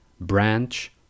branch